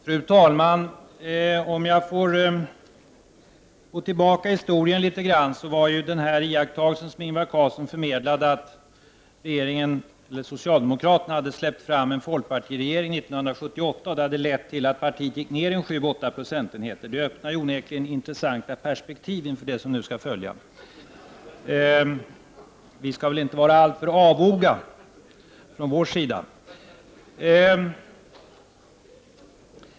Fru talman! Om jag går tillbaka i historien öppnar den iakttagelse som Ingvar Carlsson förmedlade onekligen intressanta perspektiv inför det som nu skall följa. Ingvar Carlsson menade att socialdemokraterna hade släppt fram en folkpartiregering 1978, vilket ledde till att partiet gick ned 7-8 procentenheter. Men från vår sida skall vi inte vara alltför avoga.